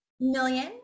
million